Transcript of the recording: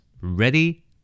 Ready